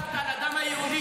אתה חגגת על הדם היהודי,